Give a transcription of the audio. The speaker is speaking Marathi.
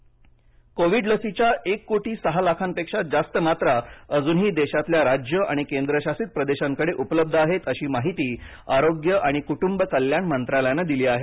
लस कोविड लसीच्याएक कोटी सहा लाखांपेक्षा जास्त मात्रा अजूनही देशातल्या राज्यं आणि केंद्रशासित प्रदेशांकडे उपलब्ध आहेतअशी माहिती आरोग्य आणि कुटुंब कल्याण मंत्रालयानं दिली आहे